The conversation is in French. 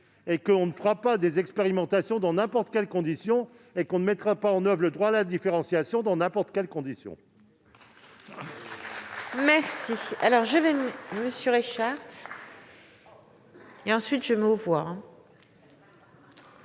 nous ne ferons pas des expérimentations dans n'importe quelles conditions et qu'on ne mettra pas en oeuvre le droit à la différenciation dans n'importe quelles conditions.